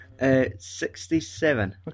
67